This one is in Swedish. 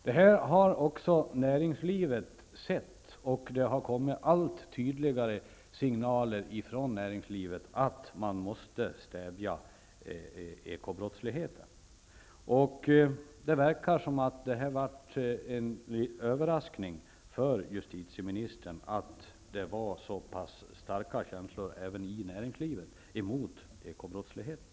Detta har man också sett inom näringslivet. Det har kommit allt tydligare signaler från näringslivet att vi måste stävja ekobrottsligheten. Det verkar som om det blev en överraskning för justitieministern, att det var så pass starka känslor även i näringslivet mot ekobrottsligheten.